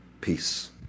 Peace